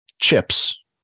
chips